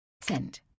Send